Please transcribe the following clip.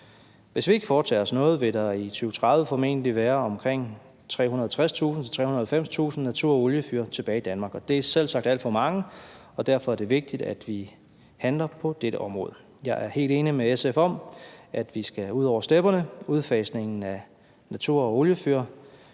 Hvis vi ikke foretager os noget, vil der i 2030 formentlig være omkring 360.000-390.000 naturgas- og oliefyr tilbage i Danmark, og det er selvsagt alt for mange, og derfor er det vigtigt, at vi handler på dette område. Jeg er helt enig med SF i, at vi skal ud over stepperne. Udfasningen af naturgas- og oliefyr